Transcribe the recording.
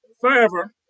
forever